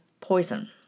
poison